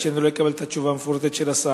עד שאני אקבל את התשובה המפורטת של השר.